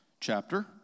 chapter